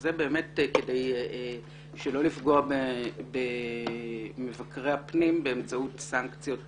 וזה באמת כדי שלא לפגוע במבקרי הפנים באמצעות סנקציות